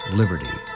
liberty